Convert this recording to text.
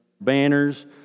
banners